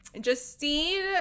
Justine